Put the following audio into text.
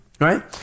right